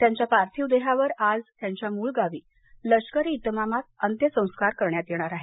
त्यांच्या पार्थिव देहावर आज त्यांच्या मूळ गावी लष्करी इतमामात अंत्यसंस्कार करण्यात येणार आहेत